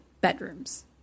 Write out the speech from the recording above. bedrooms